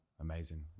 amazing